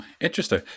Interesting